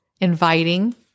inviting